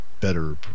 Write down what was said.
better